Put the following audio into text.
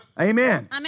amen